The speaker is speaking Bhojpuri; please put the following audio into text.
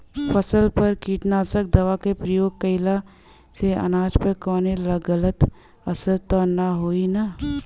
फसल पर कीटनाशक दवा क प्रयोग कइला से अनाज पर कवनो गलत असर त ना होई न?